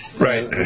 Right